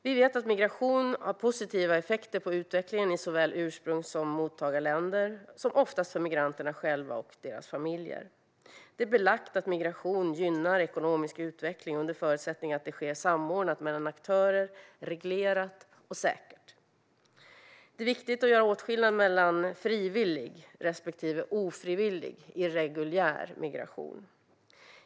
Vi vet att migration har positiva effekter på utvecklingen i såväl ursprungs och mottagarländerna som - oftast - för migranterna själva och deras familjer. Det är belagt att migration gynnar ekonomisk utveckling under förutsättning att det sker samordnat mellan aktörer, reglerat och säkert. Det är viktigt att göra åtskillnad mellan frivillig respektive ofrivillig, irreguljär migration.